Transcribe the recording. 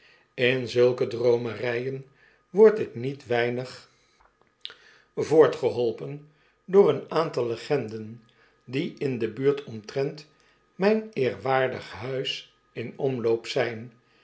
in zulke droomerijen word ik niet weinig voortgeholpen door een aantal legenden die in de buurt omtrent myn eerwaardig huiss in omloop zijn